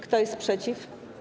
Kto jest przeciw?